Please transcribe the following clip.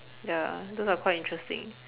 ya those are quite interesting